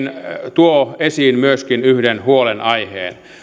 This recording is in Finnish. tuo esiin myöskin yhden huolenaiheen